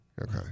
Okay